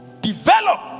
develop